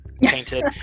painted